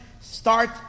start